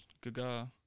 Gaga